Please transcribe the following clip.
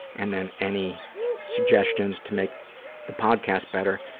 and then any suggestions to make the podcast better?